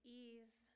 ease